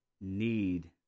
need